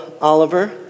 Oliver